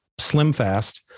SlimFast